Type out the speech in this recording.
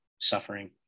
suffering